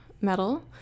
metal